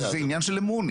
זה עניין של אמון.